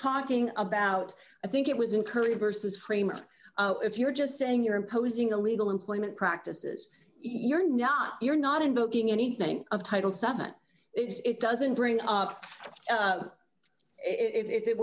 talking about i think it was encouraging versus frame if you're just saying you're imposing a legal employment practices you're not you're not invoking anything of title summit it doesn't bring up if it